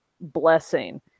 blessing